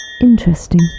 Interesting